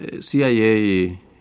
CIA